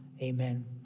amen